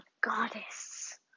goddess